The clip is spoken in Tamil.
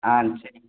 ஆ சரி